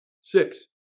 Six